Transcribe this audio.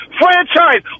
franchise